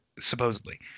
Supposedly